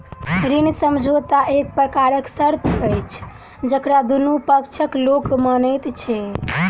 ऋण समझौता एक प्रकारक शर्त अछि जकरा दुनू पक्षक लोक मानैत छै